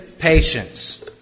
patience